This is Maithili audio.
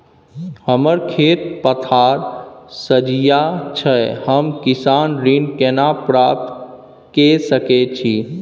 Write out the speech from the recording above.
हमर खेत पथार सझिया छै हम किसान ऋण केना प्राप्त के सकै छी?